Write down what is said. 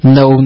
no